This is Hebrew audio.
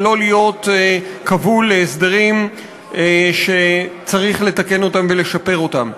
ולא להיות כבול להסדרים שצריך לתקן אותם ולשפר אותם.